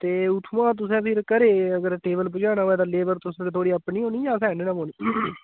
ते उत्थुआं तुसें फिर घरै अगर टेबल पुजाना होए तां लेबर तुस थुआड़ी अपनी होनी जां असें आह्ननी पौनी